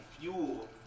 fuel